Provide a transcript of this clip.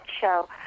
show